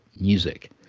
music